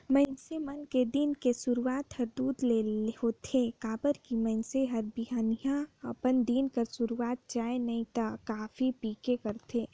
मइनसे मन के दिन के सुरूआत हर दूद ले होथे काबर की मइनसे हर बिहनहा अपन दिन के सुरू चाय नइ त कॉफी पीके करथे